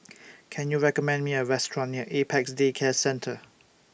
Can YOU recommend Me A Restaurant near Apex Day Care Centre